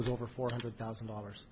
was over four hundred thousand dollars